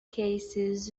cases